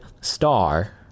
star